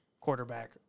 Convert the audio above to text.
quarterback